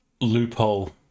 loophole